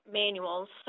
manuals